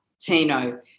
Tino